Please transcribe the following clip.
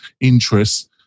interests